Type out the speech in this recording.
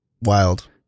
wild